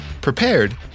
prepared